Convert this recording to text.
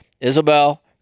Isabel